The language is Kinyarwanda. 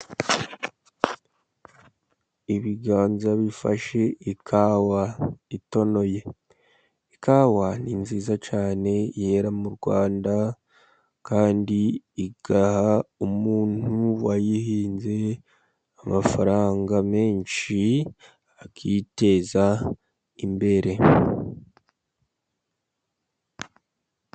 Ibiganza bifashe ikawa itonoye, ikawa ni nziza cyane yera mu Rwanda kandi igaha umuntu wayihinze amafaranga menshi akiteza imbere.